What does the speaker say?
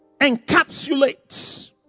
encapsulates